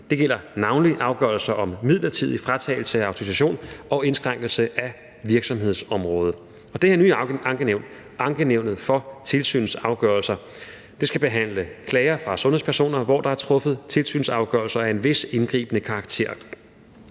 det gælder navnlig afgørelser om midlertidig fratagelse af autorisation og indskrænkelse af virksomhedsområde. Og det her nye ankenævn, Ankenævnet for Tilsynsafgørelser, skal behandle klager fra sundhedspersoner, hvor der er truffet tilsynsafgørelser af en vis indgribende karakter.